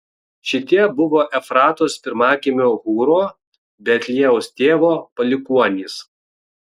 šitie buvo efratos pirmagimio hūro betliejaus tėvo palikuonys